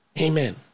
Amen